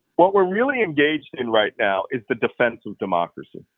what we're really engaged in right now is the defense of democracy,